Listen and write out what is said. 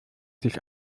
sich